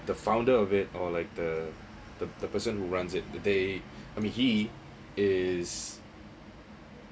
the founder of it or like the the the person who runs it the day I mean he is